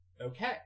okay